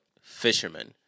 Fishermen